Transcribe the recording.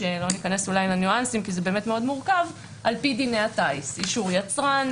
לא ניכנס לניואנסים כי זה באמת מורכב על פי דיני הטיס: אישור יצרן,